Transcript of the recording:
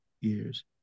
years